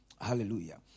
Hallelujah